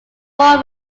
four